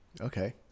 Okay